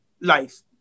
life